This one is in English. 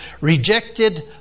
rejected